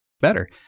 better